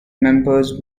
members